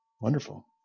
Wonderful